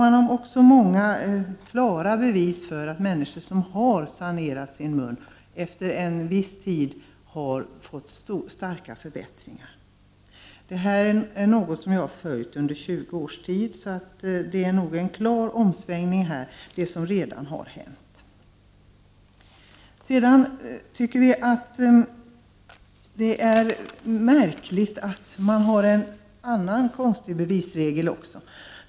Man har också många klara bevis för att människor som fått sina tänder sanerade efter en viss tid har fått starka förbättringar. Det här är något som jag följt under 20 års tid. Det som redan har hänt är en klar omsvängning. Vidare tycker vi att en annan bevisregel är märklig.